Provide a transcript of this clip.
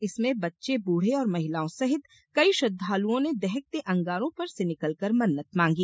इसमें बच्चे बूढ़े और महिलाओं सहित कई श्रद्वालुओं ने दहकते अंगारों पर से निकलकर मन्नत मांगी